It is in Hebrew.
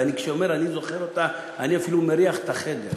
וכשאני אומר זוכר אותה אני אפילו מריח את החדר,